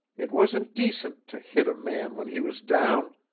it wasn't decent, to hit a man when he was down.